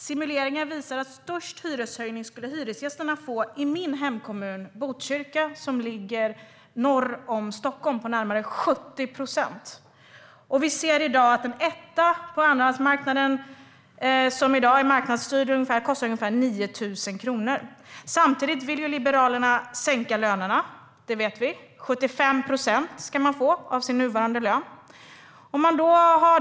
Simuleringar visar att störst hyreshöjning skulle hyresgästerna i min hemkommun Botkyrka söder om Stockholm få. Den skulle bli närmare 70 procent. En etta på andrahandsmarknaden som i dag är marknadsstyrd kostar i dag ungefär 9 000 kronor. Samtidigt vill Liberalerna sänka lönerna, det vet vi. 75 procent av sin nuvarande lön ska man få.